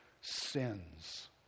sins